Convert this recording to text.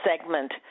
segment